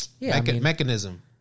mechanism